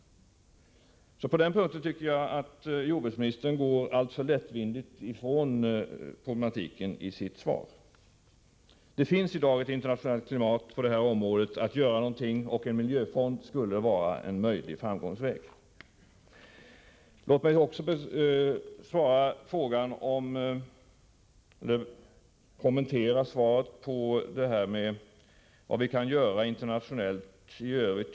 På den här punkten tycker jag att jordbruksministern i sitt svar alltför lättvindigt har gått förbi problematiken. Det finns i dag ett internationellt klimat som möjliggör åtgärder på det här området, och en miljöfond ser jag som en möjlig väg att nå framgång. Låt mig också kommentera svaret när det gäller vad vi i övrigt kan göra internationellt.